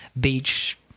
beach